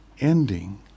ending